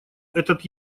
этот